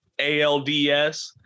ALDS